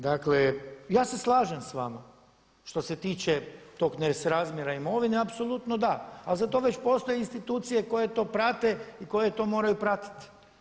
Dakle, ja se slažem sa vama što se tiče tog nesrazmjera imovine, apsolutno da, ali za to već postoje institucije koje to prate i koje to moraju pratiti.